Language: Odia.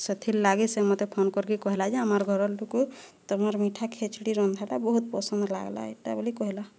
ସେଥିର୍ଲାଗି ସେ ମୋତେ ଫୋନ କରିକି କହିଲା ଯେ ଆମର୍ ଘରର୍ ଲୋକୁ ତୁମର ମିଠା ଖେଚଡ଼ି ରନ୍ଧାଟା ବହୁତ ପସନ୍ଦ ଲାଗ୍ଲା ଏଟା ବୋଲି କହିଲା